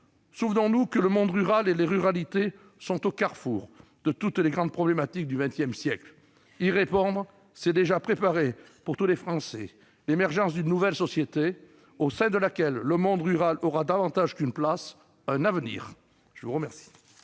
souvenons-nous que le monde rural et les ruralités sont au carrefour de toutes les grandes problématiques du XXI siècle. Y répondre, c'est déjà préparer, pour tous les Français, l'émergence d'une nouvelle société au sein de laquelle le monde rural aura davantage qu'une place : un avenir ! La parole